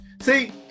see